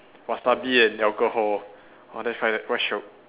wasabi and alcohol !wah! that's quite quite shiok